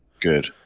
Good